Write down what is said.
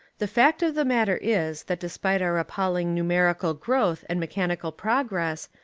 the fact of the matter is that despite our appalling numerical growth and mechanical progress,